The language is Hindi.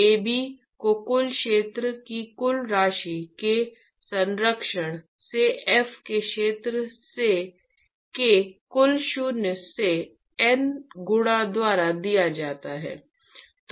Ab को कुल क्षेत्रफल की कुल राशि के संरक्षण से f के क्षेत्र के कुल शून्य से N गुणा द्वारा दिया जाता है